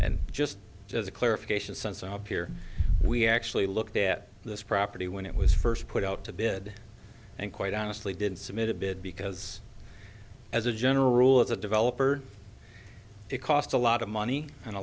and just as a clarification since up here we actually looked at this property when it was first put out to bid and quite honestly did submit a bid because as a general rule as a developer it costs a lot of money and a